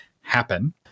happen